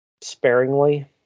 sparingly